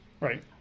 right